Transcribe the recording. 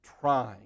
Trying